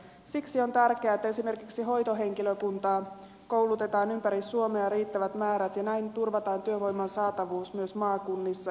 siksi on tärkeää että esimerkiksi hoitohenkilökuntaa koulutetaan ympäri suomea riittävät määrät ja näin turvataan työvoiman saatavuus myös maakunnissa